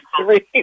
three